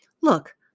Look